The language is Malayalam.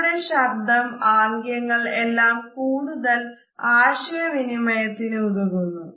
നമ്മുടെ ശബ്ദം ആംഗ്യങ്ങൾ എല്ലാം കൂടുതൽ ആശയ വിനിമയത്തിന് ഉതകുന്നു